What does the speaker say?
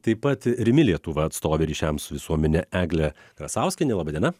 taip pat rimi lietuva atstovė ryšiams su visuomene eglė krasauskienė laba diena